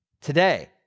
today